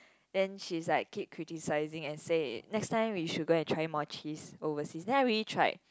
then she's like keep criticising and say next time we should go and try more cheese overseas then I really tried